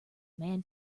man